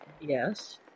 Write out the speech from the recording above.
Yes